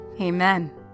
Amen